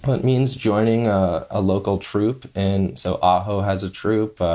but it means joining ah a local troop. and so aho has a troop.